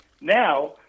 Now